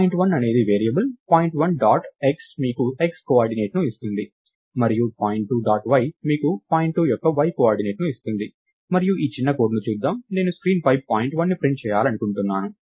point 1 అనేది variable point 1 dot x మీకు x కోఆర్డినేట్ను ఇస్తుంది మరియు పాయింట్ 2 డాట్ y మీకు పాయింట్ 2 యొక్క y కోఆర్డినేట్ను ఇస్తుంది మరియు ఈ చిన్న కోడ్ ను చూద్దాం నేను స్క్రీన్పై పాయింట్ 1ని ప్రింట్ చేయాలనుకుంటున్నాను